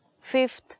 fifth